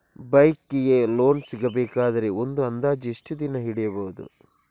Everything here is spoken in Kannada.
ಬೈಕ್ ಗೆ ಲೋನ್ ಸಿಗಬೇಕಾದರೆ ಒಂದು ಅಂದಾಜು ಎಷ್ಟು ದಿನ ಹಿಡಿಯಬಹುದು?